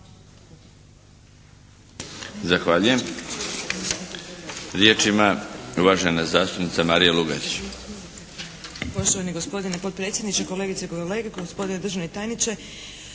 Zahvaljujem. Riječ ima uvažena zastupnica Marija Lugarić.